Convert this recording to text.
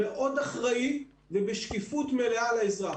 מאוד אחראי ובשקיפות מלאה לאזרח.